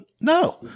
no